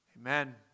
Amen